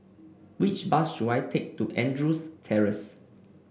which bus should I take to Andrews Terrace